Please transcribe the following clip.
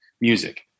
music